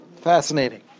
Fascinating